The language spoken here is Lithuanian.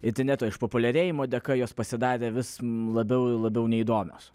interneto išpopuliarėjimo dėka jos pasidarė vis labiau ir labiau neįdomios